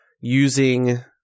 using